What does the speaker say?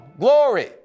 glory